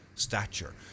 stature